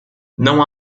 não